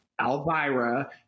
Alvira